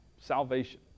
salvation